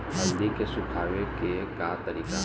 हल्दी के सुखावे के का तरीका ह?